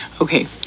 Okay